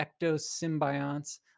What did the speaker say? ectosymbionts